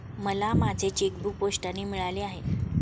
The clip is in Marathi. मला माझे चेकबूक पोस्टाने मिळाले आहे